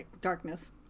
Darkness